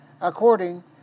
according